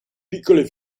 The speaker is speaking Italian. piccole